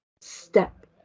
Step